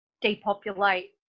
depopulate